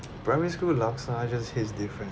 primary school laksa just taste different man